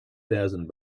thousand